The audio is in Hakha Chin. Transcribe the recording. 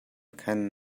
khan